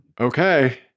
Okay